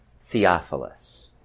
Theophilus